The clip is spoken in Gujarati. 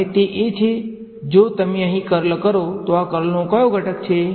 અને તે એ છે કે જો તમે અહીં કર્લ કરો તો આ કર્લનો કયો ઘટક છે